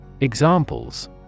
Examples